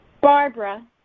Barbara